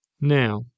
Now